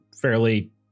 fairly